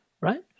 Right